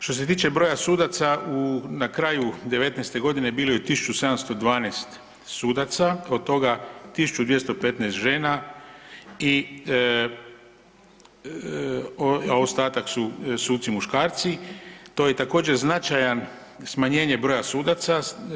Što se tiče broja sudaca u, na kraju '19. godine bilo je 1712 sudaca od toga 1215 žena i, a ostatak su suci muškarci to je također značajan smanjenje broja sudaca.